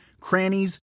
crannies